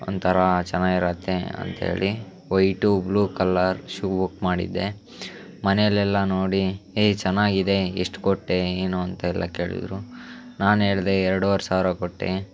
ಒಂಥರ ಚೆನ್ನಾಗಿರತ್ತೆ ಅಂತೇಳಿ white blue colour shoe book ಮಾಡಿದ್ದೆ ಮನೆಯಲ್ಲೆಲ್ಲ ನೋಡಿ ಏಯ್ ಚೆನ್ನಾಗಿದೆ ಎಷ್ಟು ಕೊಟ್ಟೆ ಏನು ಅಂತ ಎಲ್ಲ ಕೇಳಿದರು ನಾನು ಹೇಳಿದೆ ಎರಡೂವರೆ ಸಾವಿರ ಕೊಟ್ಟೆ